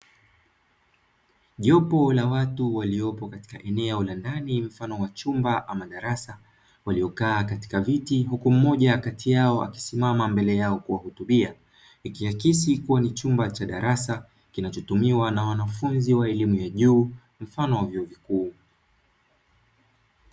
Jopo la watu waliopo katika eneo la ndani mfano wa chumba ama darasa waliokaa katika viti huku mmoja kati yao akisimama mbele yao kuwahutubia, ikiakisi kuwa ni chumba cha darasa kinachotumiwa na wanafunzi wa elimu ya juu mfano wa vyuo vikuu.